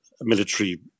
military